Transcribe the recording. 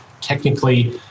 technically